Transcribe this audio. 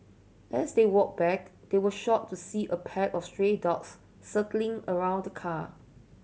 as they walked back they were shocked to see a pack of stray dogs circling around the car